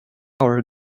our